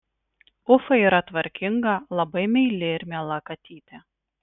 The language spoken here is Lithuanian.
ufa yra tvarkinga labai meili ir miela katytė